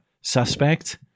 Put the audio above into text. suspect